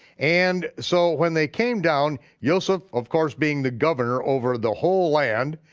and so when they came down, yoseph of course, being the governor over the whole land,